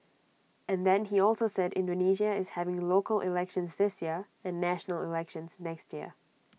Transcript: and then he also said Indonesia is having local elections and national elections next year